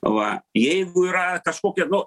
va jeigu yra kažkokia nu